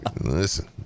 Listen